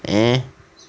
eh